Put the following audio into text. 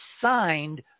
signed